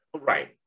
right